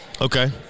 Okay